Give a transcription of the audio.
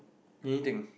anything